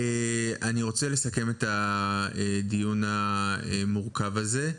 אני רוצה לסכם את הדיון המורכב הזה.